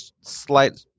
slight